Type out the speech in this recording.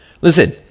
Listen